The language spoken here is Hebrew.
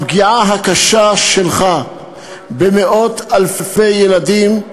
הפגיעה הקשה שלך במאות אלפי ילדים,